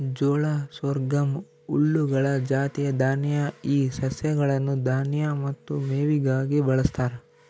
ಜೋಳ ಸೊರ್ಗಮ್ ಹುಲ್ಲುಗಳ ಜಾತಿಯ ದಾನ್ಯ ಈ ಸಸ್ಯಗಳನ್ನು ದಾನ್ಯ ಮತ್ತು ಮೇವಿಗಾಗಿ ಬಳಸ್ತಾರ